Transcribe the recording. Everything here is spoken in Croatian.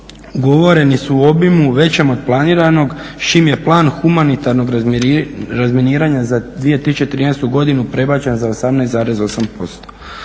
ugovoreni su u obimu većem od planiranog, s čim je plan humanitarnog razminiranja za 2013. godinu prebačen za 18,8%.